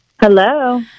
Hello